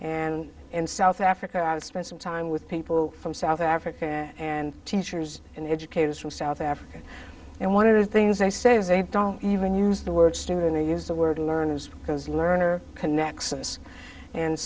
and in south africa i would spend some time with people from south africa and teachers and educators from south africa and one of the things i say they don't even use the word student i use the word learners because learner connects us and